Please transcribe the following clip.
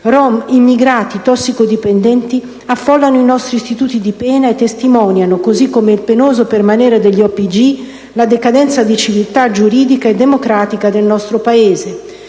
Rom, immigrati e tossicodipendenti affollano i nostri istituti di pena e testimoniano, così come il penoso permanere degli OPG, la decadenza di civiltà giuridica e democratica del nostro Paese.